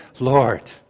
Lord